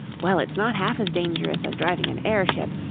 well, it's not half as dangerous as driving an airship,